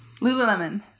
Lululemon